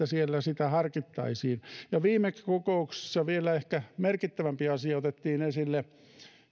siellä sitä harkittaisiin viime kokouksessa vielä ehkä merkittävämpi asia otettiin esille